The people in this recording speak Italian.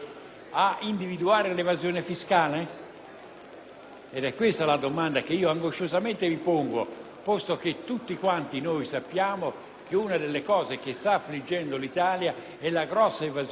Questa è la domanda che angosciosamente mi pongo, posto che tutti quanti noi sappiamo che una delle cose che sta affliggendo l'Italia è l'enorme evasione fiscale che non permette, anche in questo momento